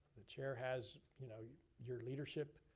the chair has you know your your leadership,